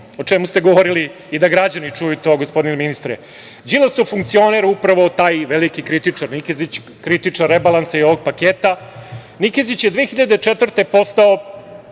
o čemu ste govorili i da građani čuju i to, gospodine ministre. Đilasov funkcioner, upravo taj veliki kritičar Nikezić, kritičar rebalansa i ovog paketa, Nikezić je 2004. godine